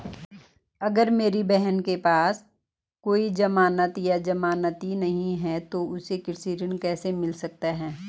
अगर मेरी बहन के पास कोई जमानत या जमानती नहीं है तो उसे कृषि ऋण कैसे मिल सकता है?